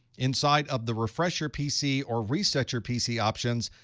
inside of the refresh your pc or reset your pc options,